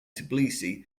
tbilisi